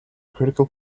critical